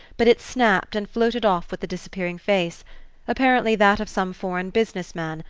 but it snapped and floated off with the disappearing face apparently that of some foreign business man,